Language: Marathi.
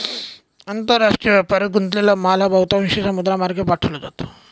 आंतरराष्ट्रीय व्यापारात गुंतलेला माल हा बहुतांशी समुद्रमार्गे पाठवला जातो